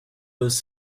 was